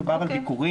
כאן מדובר על ביקורים,